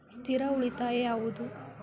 ಸ್ಥಿರ ಉಳಿತಾಯ ಯಾವುದು?